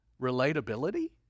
relatability